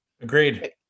agreed